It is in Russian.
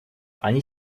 они